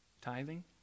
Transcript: Tithing